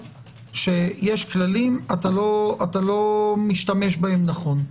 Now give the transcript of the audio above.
שיש כללים, אתה לא משתמש בהם נכון.